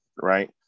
right